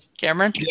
Cameron